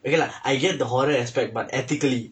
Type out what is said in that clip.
okay lah I get the horror aspect but ethically